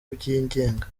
byigenga